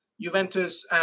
Juventus